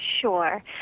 Sure